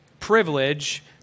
privilege